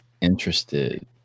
interested